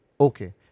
Okay